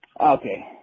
Okay